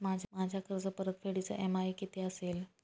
माझ्या कर्जपरतफेडीचा इ.एम.आय किती असेल?